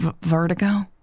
Vertigo